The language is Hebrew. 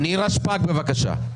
נירה שפק, בבקשה.